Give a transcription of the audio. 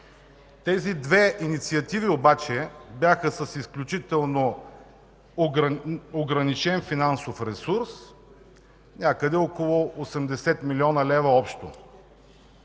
тези две инициативи бяха с изключително ограничен финансов ресурс – някъде около 80 млн. лв. общо.